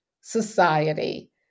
society